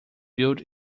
built